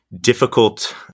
difficult